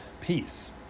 peace